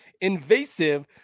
Invasive